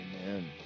Amen